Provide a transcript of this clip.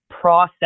process